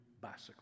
bicycle